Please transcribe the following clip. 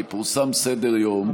כי פורסם סדר-יום,